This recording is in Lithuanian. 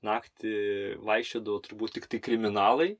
naktį vaikščiodavo turbūt tiktai kriminalai